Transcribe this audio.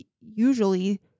usually